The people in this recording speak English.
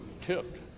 tipped